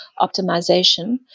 optimization